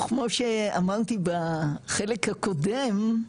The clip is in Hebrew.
וכמו שאמרתי בחלק הקודם,